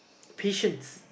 patients